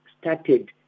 started